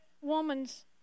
woman's